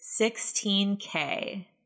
16K